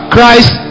Christ